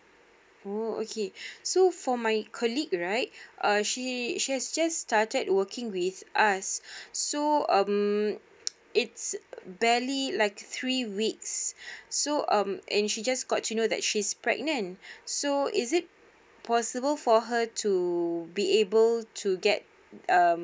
oh okay so for my colleague right uh she she has just started working with us so um it's barely like three weeks so um and she just got to know that she is pregnant so is it possible for her to be able to get um